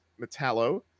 Metallo